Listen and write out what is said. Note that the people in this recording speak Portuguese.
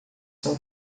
são